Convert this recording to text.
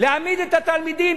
להעמיד את התלמידים,